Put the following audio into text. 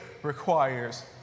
Requires